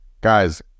guys